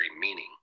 meaning